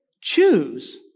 choose